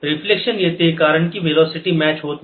reflection येते कारण की वेलोसिटी मॅच होत नाही